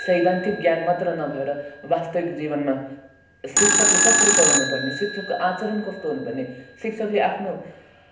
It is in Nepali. सैद्धान्तिक ज्ञान मात्र नभएर वास्तविक जीवनमा शिक्षकले कसरी पढाउनुपर्ने शिक्षकको आचरण कस्तो हुनुपर्ने शिक्षकले आफ्नो